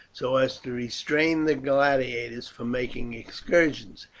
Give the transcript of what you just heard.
so as to restrain the gladiators from making excursions,